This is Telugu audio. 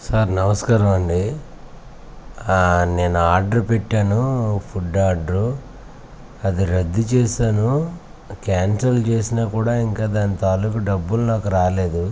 సార్ నమస్కారం అండి నేను ఆర్డర్ పెట్టాను ఫుడ్ ఆర్డరు అది రద్దు చే క్యాన్సిల్ చేసినా కూడా ఇంకా దాని తాలూకా డబ్బులు నాకు రాలేదు